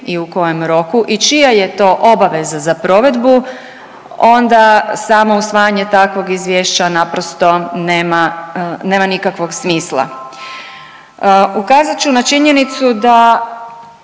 i u kojem roku i čija je to obaveza za provedbu onda samo usvajanje takvog izvješća naprosto nema, nema nikakvog smisla. Ukazat ću na činjenicu da